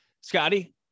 Scotty